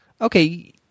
Okay